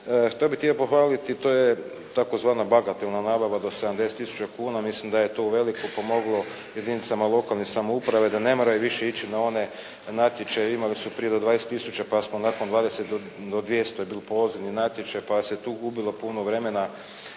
Što bih htio pohvaliti to je tzv. bagatelna nabava do 70 tisuća kuna. Mislim da je to uvelike pomoglo jedinicama lokalne samouprave da ne moraju više ići na one natječaje. Imali su prije do 20 tisuća pa smo nakon 20 do 200 je bio pozivni natječaj pa se tu gubilo puno vremena